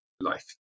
life